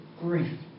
grief